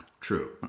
True